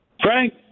Frank